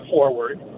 forward